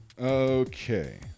Okay